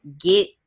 get